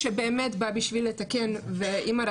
שזקוקה לגיור והתנועה